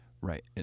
Right